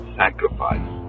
sacrifice